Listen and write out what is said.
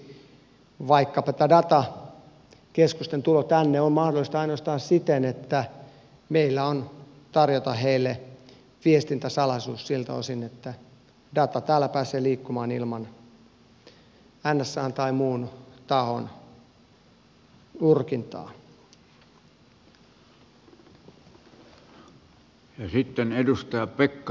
esimerkiksi vaikkapa tämä datakeskusten tulo tänne on mahdollista ainoastaan siten että meillä on tarjota heille viestintäsalaisuus siltä osin että data täällä pääsee liikkumaan ilman nsan tai muun tahon urkintaa